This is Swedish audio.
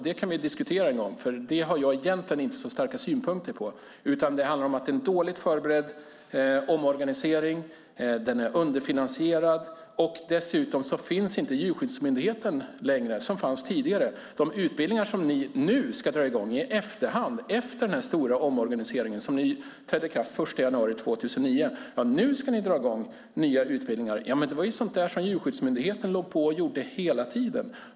Det kan vi diskutera, men egentligen har jag inte så starka synpunkter på det. Det handlar dock om att det är en dåligt förberedd omorganisering. Det hela är underfinansierat. Dessutom finns inte längre den tidigare Djurskyddsmyndigheten. De utbildningar som ni nu, efter den stora omorganiseringen med ikraftträdande den 1 januari 2009, ska dra i gång är sådant som de på Djurskyddsmyndigheten hela tiden höll på med.